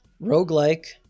roguelike